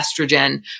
estrogen